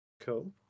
Cool